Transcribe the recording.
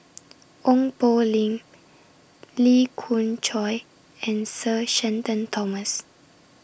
Ong Poh Lim Lee Khoon Choy and Sir Shenton Thomas